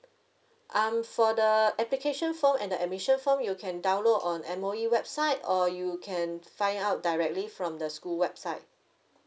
um for the application form and the admission form you can download on M_O_E website or you can find out directly from the school website